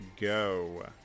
go